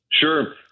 Sure